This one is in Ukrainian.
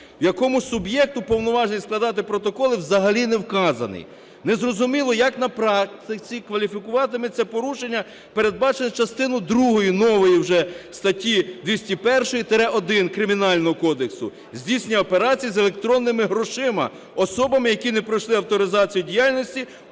в якому суб'єкт, уповноважений складати протоколи, взагалі не вказаний. Не зрозуміло, як на практиці кваліфікуватиметься порушення, передбачене частиною другою, нової вже статті 201-1 Кримінального кодексу "Здійснення операцій з електронними грошима особами, які не пройшли авторизацію діяльності,